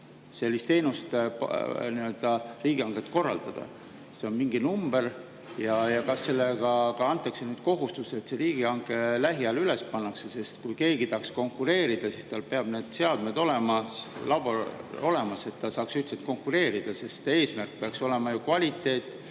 sellist teenust, riigihanget korraldada. See on mingi number. Ja kas sellega antakse ka kohustused, et see riigihange lähiajal üles pannakse? Sest kui keegi tahaks konkureerida, siis tal peavad need seadmed, labor olemas olema, et ta saaks üldse konkureerida. Eesmärk peaks olema ju kvaliteet